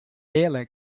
ela